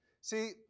See